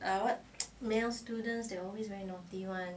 I would male students they always very naughty [one]